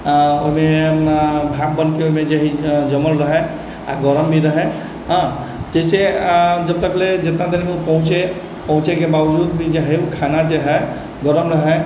ओहिमे घाम बनके ओहिमे जमल रहै आ गरम भी रहै हँ जिससँ जब तकले जितना देरमे ओ पहुँचे पहुँचेके बावजूद भी जे हइ ओ खाना जे हइ गरम रहै